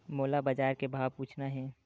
मोला बजार के भाव पूछना हे?